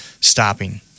stopping